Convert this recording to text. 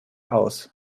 aus